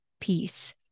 peace